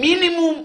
למינימום חיכוך.